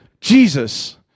Jesus